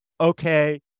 okay